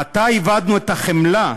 מתי איבדנו את החמלה,